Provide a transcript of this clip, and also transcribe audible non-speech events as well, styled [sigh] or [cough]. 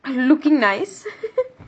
looking nice [laughs]